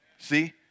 See